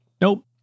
Nope